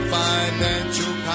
financial